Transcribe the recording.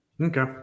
okay